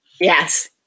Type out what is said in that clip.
Yes